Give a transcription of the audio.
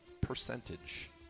percentage